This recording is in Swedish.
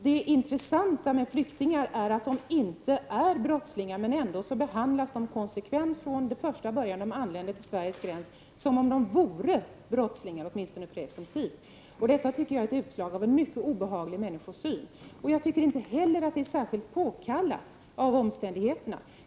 Det intressanta med flyktingar är att de inte är brottslingar men ändå konsekvent från allra första början när de anländer till Sveriges gräns behandlas som om de vore brottslingar eller åtminstone presumtiva brottslingar. Detta tycker jag är utslag av en mycket obehaglig människosyn. Jag tycker inte heller att det är särskilt påkallat av omständigheterna.